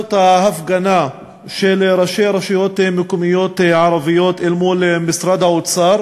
זו ההפגנה של ראשי הרשויות המקומיות הערביות אל מול משרד האוצר